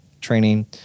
training